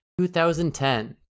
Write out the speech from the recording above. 2010